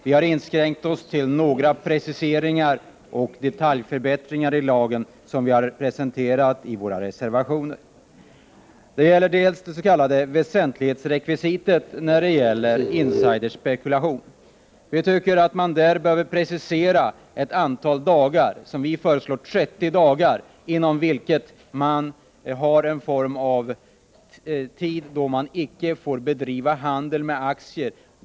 Vi har inskränkt oss till några preciseringar och detaljförbättringar i lagen, och dessa har vi presenterat i våra reservationer. Det gäller till att börja med det s.k. väsentlighetsrekvisitet i fråga om ”insider”-spekulation. Vi anser att ett visst antal dagar bör preciseras — vi föreslår 30 dagar — under vilka bolag som kommer med en nyhet inte får bedriva handel med aktier.